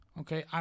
okay